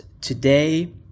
today